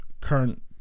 current